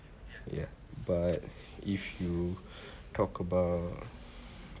ya but if you talk about